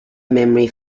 memory